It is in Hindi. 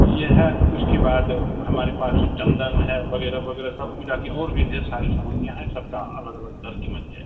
यह है उसके बाद हमारे पास चंदन है वग़ैरह वग़ैरह सब पूजा की और भी जो सारी सामग्रियाँ हैं सब का अलग अलग दर क़ीमत है